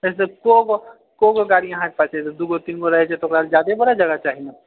कऽगो कऽगो गाड़ी अहाँकेँ पास यऽ दूगो तीनगो रहै छै तऽ ओकरा लेल जादे जगह चाही ने